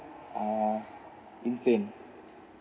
uh insane